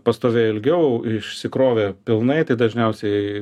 pastovėjo ilgiau išsikrovė pilnai tai dažniausiai